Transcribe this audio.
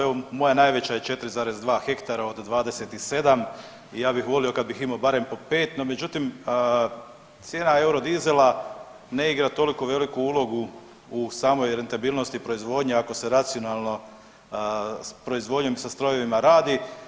Evo moja najveća je 4,2 hektara od 27 i ja bih volio kad bih imao barem po 5, no međutim cijena eurodizela ne igra toliko veliku ulogu u samoj rentabilnosti proizvodnje ako se racionalno proizvodnjom i strojevima radi.